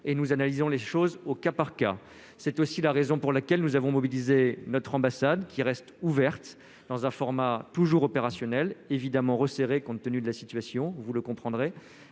et nous analysons les choses au cas par cas, c'est aussi la raison pour laquelle nous avons mobilisé notre ambassade qui restent ouvertes, dans un format toujours opérationnel évidemment resserré, compte tenu de la situation, vous le comprendrez